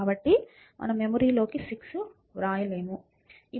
కాబట్టి మనం మెమరీలోనికి 6 వ్రాయలేము